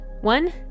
One